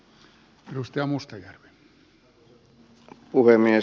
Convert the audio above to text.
arvoisa puhemies